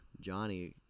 Johnny